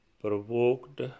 provoked